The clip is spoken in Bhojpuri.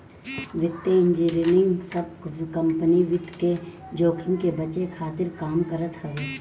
वित्तीय इंजनियरिंग सब कंपनी वित्त के जोखिम से बचे खातिर काम करत हवे